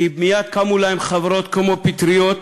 כי מייד קמו להן חברות כמו פטריות,